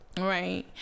Right